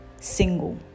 single